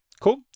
cool